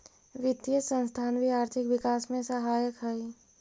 वित्तीय संस्थान भी आर्थिक विकास में सहायक हई